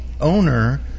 owner